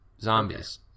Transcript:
zombies